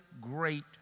great